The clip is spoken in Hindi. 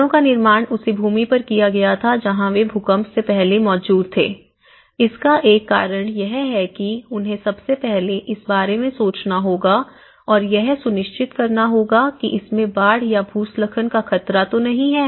घरों का निर्माण उसी भूमि पर किया गया था जहां वे भूकंप से पहले मौजूद थे इसका एक कारण यह है कि उन्हें सबसे पहले इस बारे में सोचना होगा और यह सुनिश्चित करना होगा कि इसमें बाढ़ या भूस्खलन का खतरा तो नहीं है